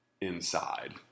inside